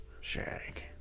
Shag